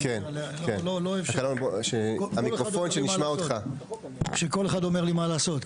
אני לא אוהב שכל אחד אומר לי מה לעשות.